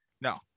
no